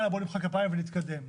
לא מוחאים כפיים ומתקדמים.